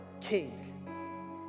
king